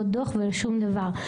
לא דוח ולא שום דבר,